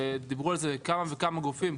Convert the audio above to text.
שדיברו על זה כמה וכמה גופים,